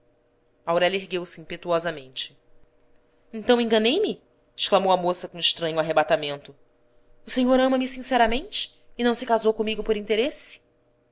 aurélia ergueu-se impetuosamente então enganei-me exclamou a moça com estranho arrebatamento o senhor ama-me sinceramente e não se casou comigo por interesse